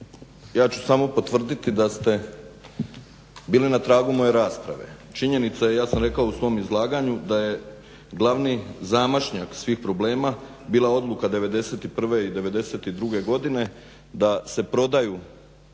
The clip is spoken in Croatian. ja ću samo potvrditi da ste bili na tragu moje rasprave. činjenica je i ja sam rekao u svom izlaganju da je glavni zamašnjak svih problema bila odluka '91. i '92. godine da se prodaju